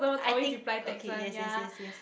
I think okay yes yes yes yes